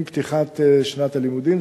עם פתיחת שנת הלימודים.